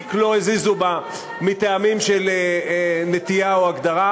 פסיק לא הזיזו בה מטעמים של נטייה או הגדרה,